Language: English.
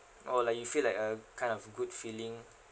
or like you feel like a kind of good feeling